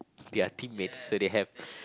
their teammates so they have